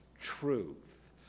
truth